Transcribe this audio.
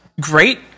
great